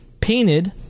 painted